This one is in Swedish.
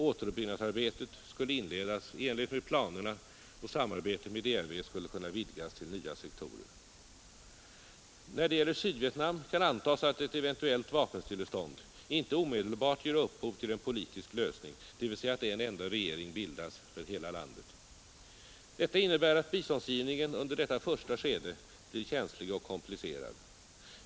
Återuppbyggnadsarbetet skulle inledas i enlighet med planerna och samarbetet med DRV skulle kunna vidgas till nya sektorer. När det gäller Sydvietnam kan antas att ett eventuellt vapenstillestånd inte omedelbart ger upphov till en politisk lösning, dvs. att en enda regering bildas för hela landet. Det innebär att biståndsgivningen under detta första skede blir känslig och komplicerad.